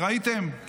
ראיתם?